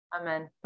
Amen